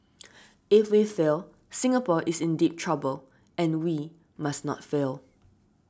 if we fail Singapore is in deep trouble and we must not fail